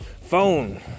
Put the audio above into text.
phone